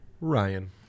Ryan